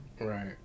Right